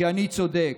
שאני צודק.